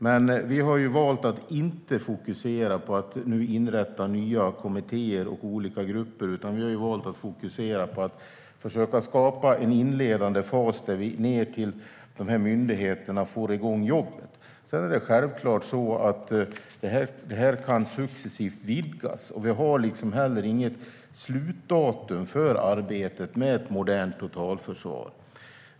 Men vi har valt att inte fokusera på att nu inrätta nya kommittéer och olika grupper, utan vi har valt att fokusera på att skapa en inledande fas där vi får igång jobbet med de inledande myndigheterna. Självklart kan detta successivt vidgas. Vi har heller inget slutdatum för arbetet med ett modernt totalförsvar.